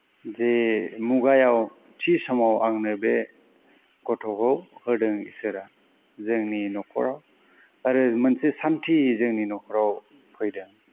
जे मुगायाव थि समाव आंनो बे गथ'खौ होदों इसोरा जोंनि न'खराव आरो मोनसे सान्थि जोंनि न'खराव फैदों